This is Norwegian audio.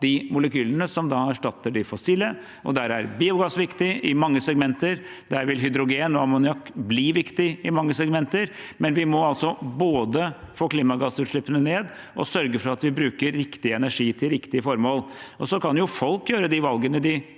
de molekylene som da erstatter de fossile, og der er biogass viktig i mange segmenter. Hydrogen og ammoniakk vil også bli viktig i mange segmenter, men vi må altså både få klimagassutslippene ned og sørge for at vi bruker riktig energi til riktig formål. Folk kan jo gjøre de valgene de